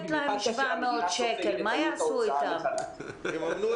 במיוחד כאשר המדינה סופגת את עלות ההוצאה לחל"ת.